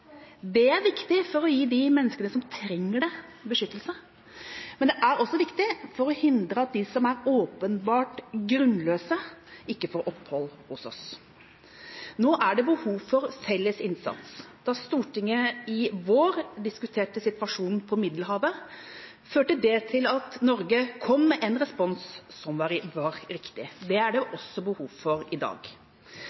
Det er viktig for å gi de menneskene som trenger det, beskyttelse, men det er også viktig for å hindre at de som er åpenbart grunnløse asylsøkere, får opphold hos oss. Nå er det behov for felles innsats. Da Stortinget i vår diskuterte situasjonen ved Middelhavet, førte det til at Norge kom med en respons som var riktig. Det er det også behov for i dag.